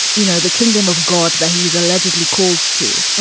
you know, the kingdom of god that he's allegedly called to.